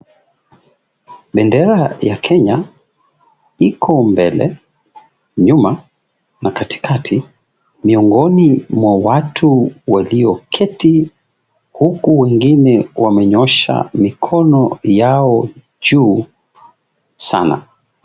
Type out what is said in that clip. Bendera ya Kenya iko mbele nyuma na katikati. Miongoni mwa watu alioketi huku wengine wamenyosha mikono yao juu sana.